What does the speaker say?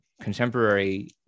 Contemporary